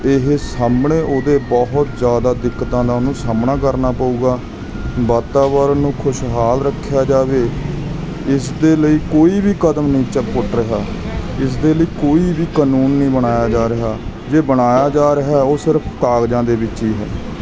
ਇਹ ਸਾਹਮਣੇ ਉਹਦੇ ਬਹੁਤ ਜ਼ਿਆਦਾ ਦਿੱਕਤਾਂ ਦਾ ਉਹਨੂੰ ਸਾਹਮਣਾ ਕਰਨਾ ਪਵੇਗਾ ਵਾਤਾਵਰਨ ਨੂੰ ਖੁਸ਼ਹਾਲ ਰੱਖਿਆ ਜਾਵੇ ਇਸ ਦੇ ਲਈ ਕੋਈ ਵੀ ਕਦਮ ਨਹੀਂ ਚ ਪੁੱਟ ਰਿਹਾ ਇਸ ਦੇ ਲਈ ਕੋਈ ਵੀ ਕਾਨੂੰਨ ਨਹੀਂ ਬਣਾਇਆ ਜਾ ਰਿਹਾ ਜੇ ਬਣਾਇਆ ਜਾ ਰਿਹਾ ਉਹ ਸਿਰਫ ਕਾਗਜ਼ਾਂ ਦੇ ਵਿੱਚ ਹੀ ਹੈ